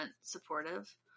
supportive